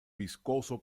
viscoso